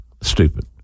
Stupid